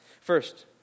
First